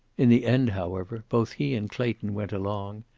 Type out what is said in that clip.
in the end, however, both he and clayton went along,